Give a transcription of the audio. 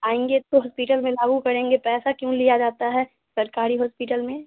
आएँगे तो हॉस्पीटल में लागू करेंगे पैसा क्यों लिया जाता है सरकारी हॉस्पीटल में